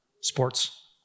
sports